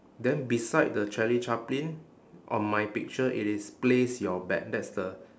then beside the charlie chaplin on my picture it is place your bet that's the